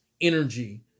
energy